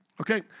Okay